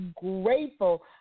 grateful